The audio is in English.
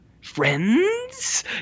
friends